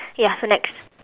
ya so next